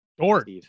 Dort